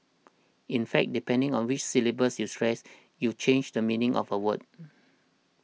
in fact depending on which syllables you stress you change the meaning of a word